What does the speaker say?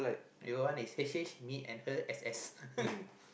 your one is H H me and her S S